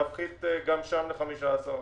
להפחית גם שם ב-15%.